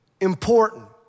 important